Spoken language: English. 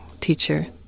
teacher